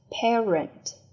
Parent